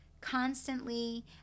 constantly